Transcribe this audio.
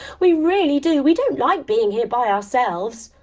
we really do. we don't like being here by ourselves.